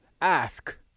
ask